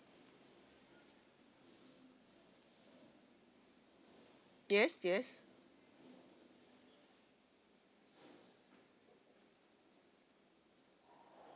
yes yes